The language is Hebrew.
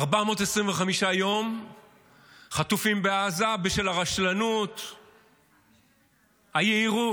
425 יום החטופים בעזה בשל הרשלנות, היהירות,